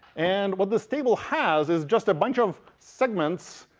and what this table has is just a bunch of segments,